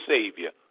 Savior